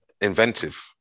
inventive